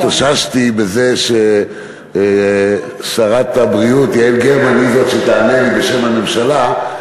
התאוששתי בזה ששרת הבריאות יעל גרמן היא זאת שתענה לי בשם הממשלה.